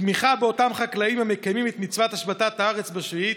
תמיכה באותם חקלאים המקיימים את מצוות השבתת הארץ בשביעית.